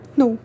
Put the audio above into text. no